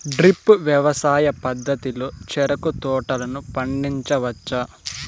drip వ్యవసాయ పద్ధతిలో చెరుకు తోటలను పండించవచ్చా